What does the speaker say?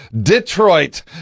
Detroit